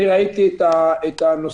אני ראיתי את הנושאים.